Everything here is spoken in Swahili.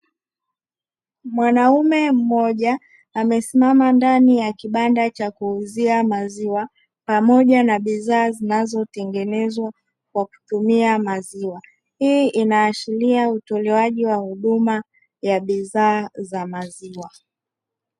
Mwanaume mmoja amesimama ndani ya kibanda cha kuuzia maziwa pamoja na bidhaa zinazotengenezwa kwa kutumia maziwa, hii inaashiria utolewaji wa huduma ya bidhaa za maziwa.